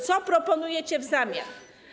Co proponujecie w zamian?